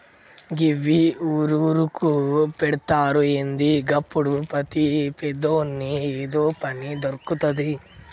గివ్వి ఊరూరుకు పెడ్తరా ఏంది? గప్పుడు ప్రతి పేదోని ఏదో పని దొర్కుతది